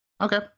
okay